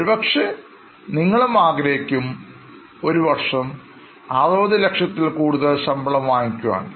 ഒരു ഒരു പക്ഷേ നിങ്ങളുംആഗ്രഹിക്കും ഒരുവർഷം 60 ലക്ഷത്തിൽ കൂടുതൽ ശമ്പളം വാങ്ങിക്കുവാൻ